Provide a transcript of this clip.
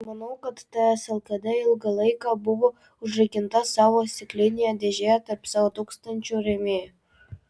manau kad ts lkd ilgą laiką buvo užrakinta savo stiklinėje dėžėje tarp savo tūkstančių rėmėjų